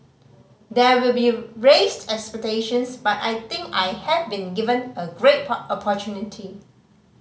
there will be raised expectations but I think I have been given a great opportunity